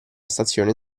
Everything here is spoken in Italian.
stazione